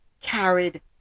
carried